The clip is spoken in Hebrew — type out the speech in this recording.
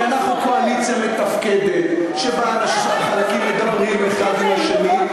כי אנחנו קואליציה מתפקדת שבה החלקים מדברים האחד עם השני,